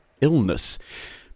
illness